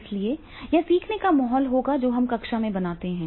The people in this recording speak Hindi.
इसलिए यह सीखने का माहौल होगा जो हम कक्षा में बनाते हैं